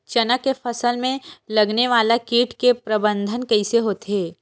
चना के फसल में लगने वाला कीट के प्रबंधन कइसे होथे?